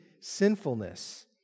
sinfulness